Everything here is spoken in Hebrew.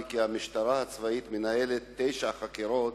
וכי המשטרה הצבאית מנהלת תשע חקירות,